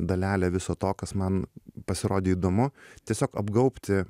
dalelė viso to kas man pasirodė įdomu tiesiog apgaubti